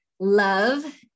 love